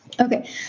Okay